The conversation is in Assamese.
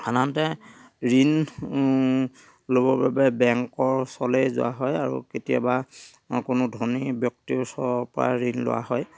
সাধাৰণতে ঋণ ল'বৰ বাবে বেংকৰ ওচৰলে যোৱা হয় আৰু কেতিয়াবা কোনো ধনী ব্য়ক্তিৰ ওচৰৰ পৰা ঋণ লোৱা হয়